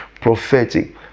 prophetic